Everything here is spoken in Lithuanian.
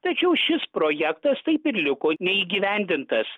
tačiau šis projektas taip ir liko neįgyvendintas